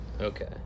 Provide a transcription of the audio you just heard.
Okay